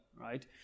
right